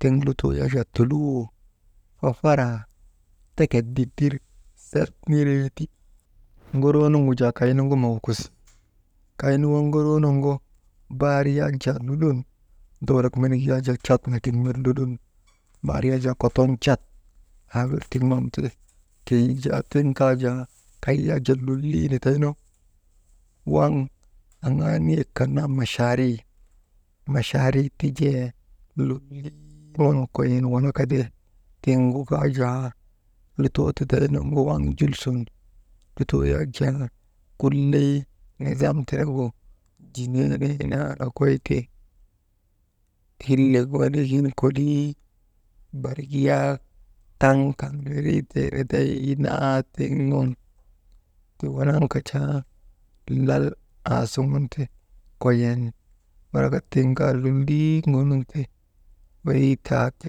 Tiŋ lutoo yak jaa toluwoo, fafaraa tekek dittir set niree ti, ŋoroo nuŋgu jaa kaynu ŋuma wukosu kaynu waŋ ŋoroonuŋgu barr yak jaa lulun dowlak menik yak jaa cat nagin ner lolun bar yak jaa koton cat aawir tiŋ nun ti, keyi jaa tiŋ kaa jaa kay yak lolii nidaynu waŋ aŋaa niyek kan naa machaari, machaari ti jee woŋ koyin walaka ti, tiŋgu kaa jaa lutoo tidaynuŋgu waŋ jul sun lutoo yak jaa kulley nizam tenegu jineenee naa nokoy ti hillek wenigin kolii bariki yaak taŋ kan windrii tee wedaynaa tiŋ nun ti wanaŋ ka jaa lal aasuŋun ti koyen walaka tiŋ kaa lolii ŋonun ti, wey taate